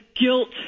guilt